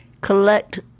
collect